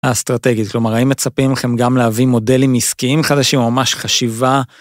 אסטרטגית, כלומר, האם מצפים לכם גם להביא מודלים עסקיים חדשים, ממש חשיבה.